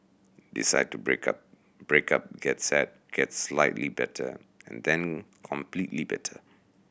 decide to break up break up get sad get slightly better and then completely better